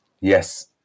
yes